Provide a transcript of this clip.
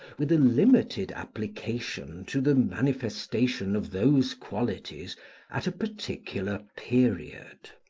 with a limited application to the manifestation of those qualities at a particular period.